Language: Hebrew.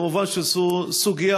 מובן שזו סוגיה